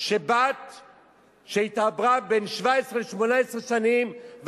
שבת התעברה בין 17 ל-18 שנים, מה הקשר?